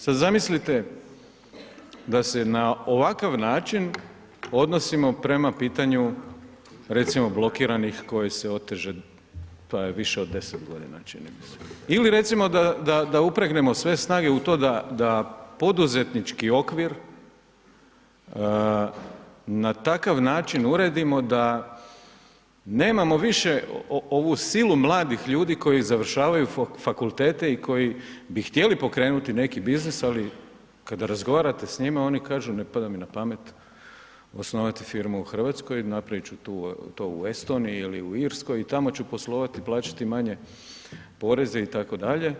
Sad zamislite da se na ovakav način odnosimo prema pitanju recimo blokiranih koje se oteže pa više od 10 godina čini mi se ili recimo da upregnemo sve snage u to da poduzetnički okvir na takav način uredimo da nemamo više ovu silu mladih ljudi koji završavaju fakultete i koji bi htjeli pokrenuti neki biznis ali kada razgovarate s njima oni kažu ne pada mi na pamet osnovati firmu u Hrvatskoj napravit ću to u Estoniji ili u Irskoj i tamo ću poslovati i plaćati manje poreze itd.